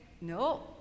No